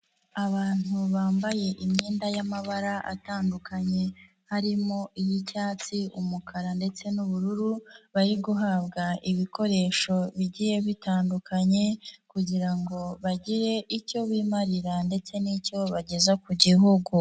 Abantu bambaye imyenda y'amabara atandukanye harimo iy'icyatsi, umukara ndetse n'ubururu bari guhabwa ibikoresho bigiye bitandukanye kugira ngo bagire icyo bimarira ndetse n'icyo bageza ku Gihugu.